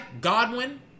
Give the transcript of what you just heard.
Godwin